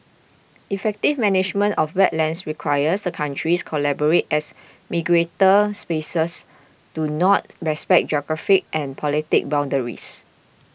effective management of wetlands requires the countries collaborate as migratory species do not respect geographic and political boundaries